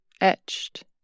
etched